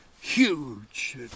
huge